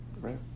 Right